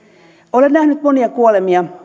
olen nähnyt monia kuolemia